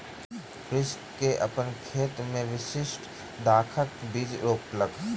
कृषक अपन खेत मे विशिष्ठ दाखक बीज रोपलक